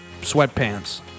Sweatpants